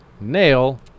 Nail